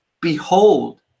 Behold